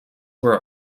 were